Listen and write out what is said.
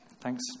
Thanks